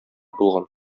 булган